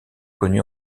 connu